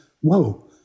whoa